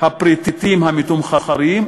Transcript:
הפריטים המתומחרים,